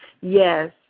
Yes